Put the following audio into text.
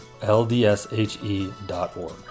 ldshe.org